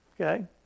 Okay